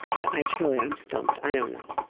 but i truly i'm stumped. i don't know.